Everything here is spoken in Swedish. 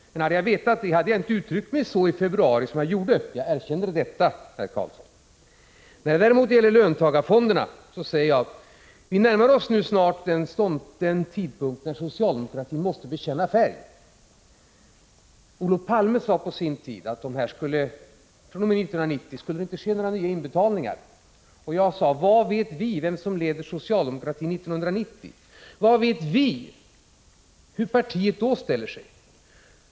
Hade jag vetat det hade jag inte uttryckt mig så i februari som jag gjorde, Ingvar Carlsson. Jag erkänner det. När det däremot gäller löntagarfonderna säger jag: Vi närmar oss snart den tidpunkt när socialdemokratin måste bekänna färg. Olof Palme sade på sin tid att fr.o.m. 1990 skulle det inte ske några nya inbetalningar, och jag sade: Vad vet vi om vem som leder socialdemokratin 1990? Vad vet vi om hur partiet då ställer sig?